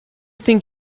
think